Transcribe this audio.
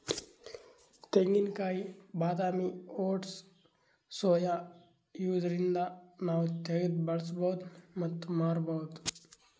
ತೆಂಗಿನಕಾಯಿ ಬಾದಾಮಿ oats soya ಇವ್ದರಿಂದ್ ನಾವ್ ತಗ್ದ್ ಬಳಸ್ಬಹುದ್ ಮತ್ತ್ ಮಾರ್ಬಹುದ್